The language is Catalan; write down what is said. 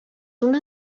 una